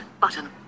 button